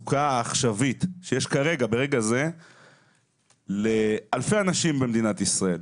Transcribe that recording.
מול המצוקה העכשווית שיש ברגע זה לאלפי אנשים במדינת ישראל,